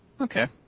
Okay